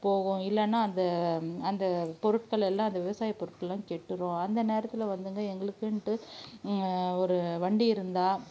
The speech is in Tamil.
போகும் இல்லைனா அந்த அந்த பொருட்கள் எல்லாம் அந்த விவசாயப் பொருட்கள் எல்லாம் கெட்டுடும் அந்த நேரத்தில் வந்துங்க எங்களுக்குன்ட்டு ஒரு வண்டி இருந்தால்